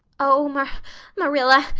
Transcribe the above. oh, mar marilla,